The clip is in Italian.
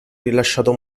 rilasciato